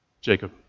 Jacob